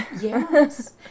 yes